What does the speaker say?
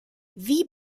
wie